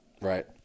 Right